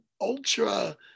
ultra